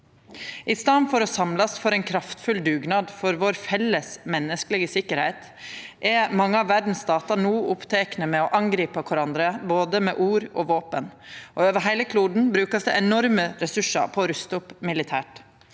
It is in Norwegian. I staden for å samlast om ein kraftfull dugnad for vår felles menneskelege sikkerheit er mange av statane i verda no opptekne med å angripa kvarandre, både med ord og med våpen. Over heile kloden blir det no brukt enorme ressursar på å rusta opp militært.